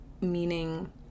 meaning